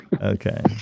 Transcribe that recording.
okay